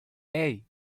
hey